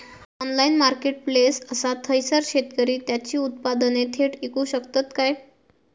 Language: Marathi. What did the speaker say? ऑनलाइन मार्केटप्लेस असा थयसर शेतकरी त्यांची उत्पादने थेट इकू शकतत काय?